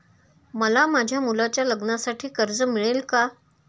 मला माझ्या मुलाच्या लग्नासाठी कर्ज मिळेल का?